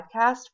podcast